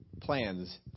plans